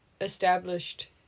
established